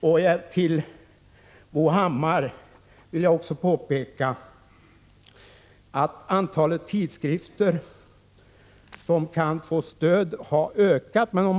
För Bo Hammar vill jag påpeka att antalet tidskrifter som kan få stöd har ökat.